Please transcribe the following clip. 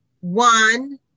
One